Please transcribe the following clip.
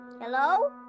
Hello